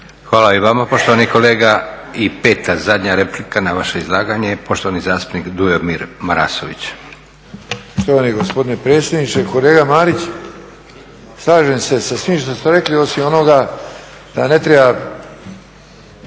Hvala i vama poštovani kolega. I peta, zadnja replika na vaše izlaganje, poštovani zastupnik Dujomir Marasović.